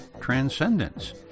Transcendence